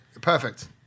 Perfect